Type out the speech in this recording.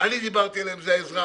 שדיברתי עליהם זה האזרח,